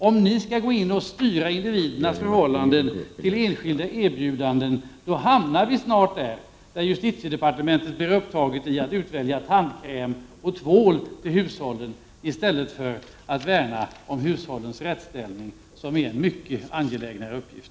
Om ni skall gå in och styra individerna i förhållande till enskilda erbjudanden, hamnar vi snart i en situation där justitiedepartementet blir upptaget av att utvälja tandkräm och tvål för hushållen i stället för att värna om hushållens rättsställning, som är en mycket angelägnare uppgift.